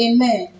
Amen